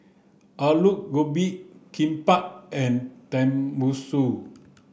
Alu Gobi Kimbap and Tenmusu